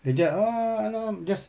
they are just ah I know just